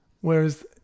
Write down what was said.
whereas